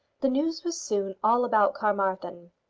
the news was soon all about carmarthen.